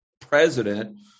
president